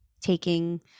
taking